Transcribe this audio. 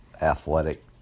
athletic